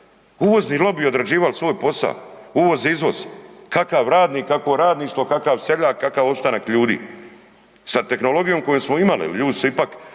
Uvozni lobi je odrađivao svoj posao uvoz-izvoz, kakav radnik, kakvo radništvo, kakav seljak, kakav opstanak ljudi sa tehnologijom koju smo imali, jel ljudi